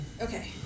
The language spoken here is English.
Okay